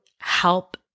help